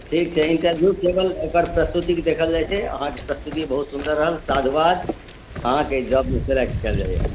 ठीक छै इंटरव्यू केवल ओकर प्रस्तुतिकेँ देखल जाइत छै अहाँके प्रस्तुति बहुत सुन्दर रहल साधुवाद अहाँके जॉबमे सेलेक्ट कयल जाइए